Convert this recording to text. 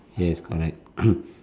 yes correct